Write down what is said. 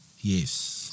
yes